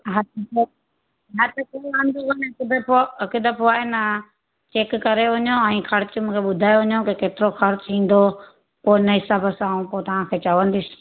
हा त हा त कोई वांधो कोन्हे सुबुहु पोइ हिकु दफ़ो आहे न चैक करे वञो ऐं खर्च मूंखे ॿुधाए वञो केतिरो खर्च ईंदो पोइ इन हिसाब सां ऐं पोइ तव्हांखे चवंदसि